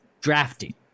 drafting